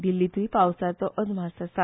दिल्लीतूय पावसाचो अदमास आसा